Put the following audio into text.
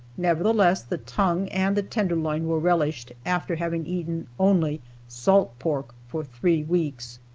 nevertheless the tongue and the tenderloin were relished, after having eaten only salt pork for three weeks.